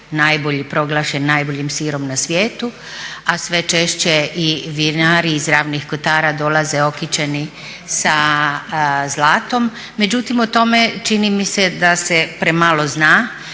Paški sir proglašen najboljim sirom na svijetu, a sve češće i vinari iz ravnih kotara dolaze okićeni sa zlatom, međutim o tome čini mi se da se premalo zna